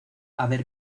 haber